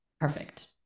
perfect